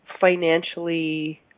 financially